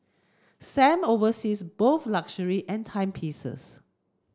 Sam oversees both luxury and timepieces